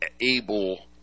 able